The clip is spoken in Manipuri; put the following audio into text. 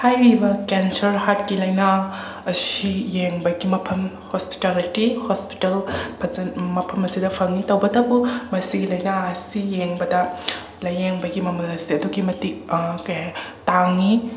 ꯍꯥꯏꯔꯤꯕ ꯀꯦꯟꯁꯔ ꯍꯥꯔꯠꯀꯤ ꯂꯥꯏꯅꯥ ꯑꯁꯤ ꯌꯦꯡꯕꯒꯤ ꯃꯐꯝ ꯍꯣꯁꯄꯤꯇꯂꯤꯇꯤ ꯍꯣꯁꯄꯤꯇꯥꯜ ꯃꯐꯝ ꯑꯁꯤꯗ ꯐꯪꯏ ꯇꯧꯕꯇꯕꯨ ꯃꯁꯤꯒꯤ ꯂꯥꯏꯅꯥ ꯑꯁꯤ ꯌꯦꯡꯕꯗ ꯂꯥꯌꯦꯡꯕꯒꯤ ꯃꯃꯜ ꯑꯁꯦ ꯑꯗꯨꯛꯀꯤ ꯃꯇꯤꯛ ꯀꯩꯍꯥꯏ ꯇꯥꯡꯉꯤ